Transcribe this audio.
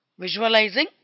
Visualizing